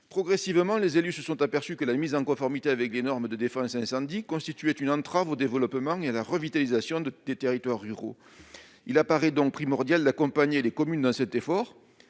Progressivement, les élus se sont aperçus que la mise en conformité avec les normes de défense incendie constituait une entrave au développement et à la revitalisation des territoires ruraux. Il apparaît donc primordial d'accompagner les communes dans cet effort.